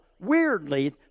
weirdly